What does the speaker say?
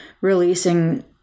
releasing